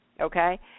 okay